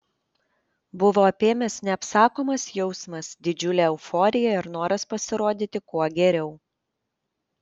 buvo apėmęs neapsakomas jausmas didžiulė euforija ir noras pasirodyti kuo geriau